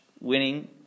Winning